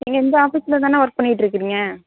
நீங்கள் இந்த ஆஃபீஸ்சில் தானே ஒர்க் பண்ணிகிட்ருக்குறீங்க